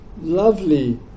lovely